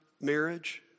marriage